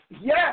Yes